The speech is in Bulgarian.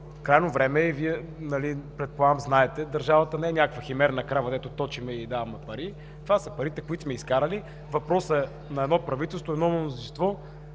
Крайно време е – предполагам, че и Вие знаете – държавата не е някаква химерна крава, дето точим и даваме пари, това са парите, които сме изкарали. Въпросът на едно правителство, на едно мнозинство